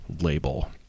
label